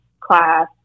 class